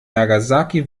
nagasaki